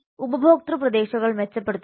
ഉപഭോക്തൃ പ്രതീക്ഷകൾ മെച്ചപ്പെടുത്തുക